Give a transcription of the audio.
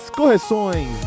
correções